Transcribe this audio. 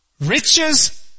riches